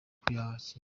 kuyakira